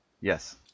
Yes